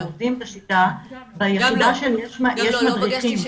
לא פגשתי,